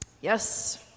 Yes